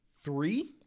Three